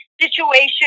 situation